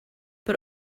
but